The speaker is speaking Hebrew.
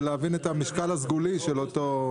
להבין את המשקל הסגולי של אותו מדד.